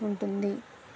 ఉంటుంది